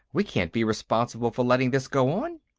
we can't be responsible for letting this go on.